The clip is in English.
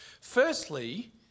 Firstly